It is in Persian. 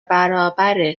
برابر